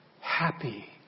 happy